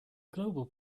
global